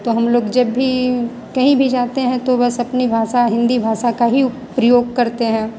तो हम लोग जब भी कहीं भी जाते हैं तो बस अपनी भाषा हिन्दी भाषा का ही प्रयोग करते हैं